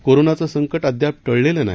कोरोनाचं संकट घाप टळलेलं नाही